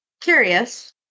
curious